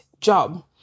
job